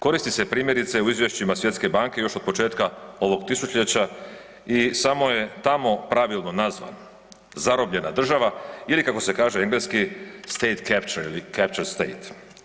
Koristi se primjerice u izvješćima Svjetske banke još od početka ovog tisućljeća i samo je tamo pravilno nazvan, zarobljena država ili kako se kaže engleski state capture ili capture state.